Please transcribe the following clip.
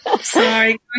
Sorry